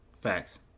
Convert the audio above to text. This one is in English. Facts